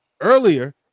earlier